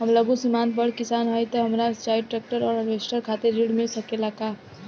हम लघु सीमांत बड़ किसान हईं त हमरा सिंचाई ट्रेक्टर और हार्वेस्टर खातिर ऋण मिल सकेला का?